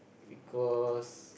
because